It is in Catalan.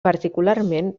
particularment